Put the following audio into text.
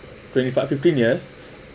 twenty five fifteen years